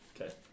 Okay